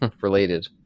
related